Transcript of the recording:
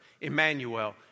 Emmanuel